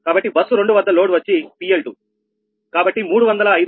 కనుక బస్సు 2 వద్ద లోడ్ వచ్చి𝑃𝐿2 కనుక అది 305